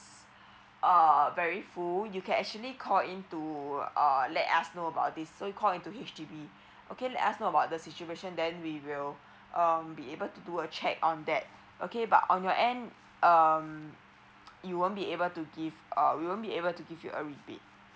err very full you can actually call in to uh let us know about this so call into H_D_B okay let us know about the situation then we will um be able to do a check on that okay but on your end um you won't be able to give uh we won't be able to give you a rebate